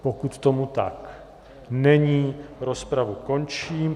Pokud tomu tak není, rozpravu končím.